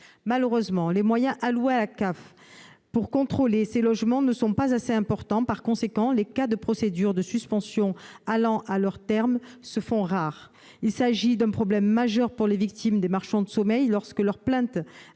Malheureusement, les moyens alloués à la CAF pour contrôler ces logements ne sont pas assez importants. Par conséquent, les cas de procédures de suspension allant à leur terme se font rares. Il s'agit d'un problème majeur pour les victimes des marchands de sommeil. Lorsque leur plainte